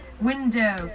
window